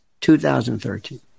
2013